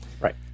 Right